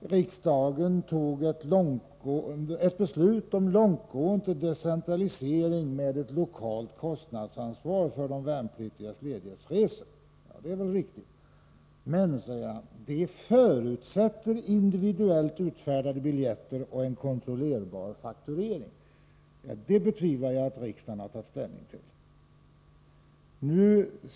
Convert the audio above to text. riksdagen fattade beslut om en långtgående decentralisering med ett lokalt kostnadsansvar för de värnpliktigas ledighetsresor. Det är riktigt. Men, säger försvarsministern, det förutsätter individuellt utfärdade biljetter och en kontrollerbar fakturering. Det betvivlar jag att riksdagen har tagit ställning till.